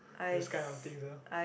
those kind of things ah